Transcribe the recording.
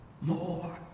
more